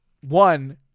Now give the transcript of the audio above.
One